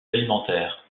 alimentaire